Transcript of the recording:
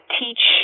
teach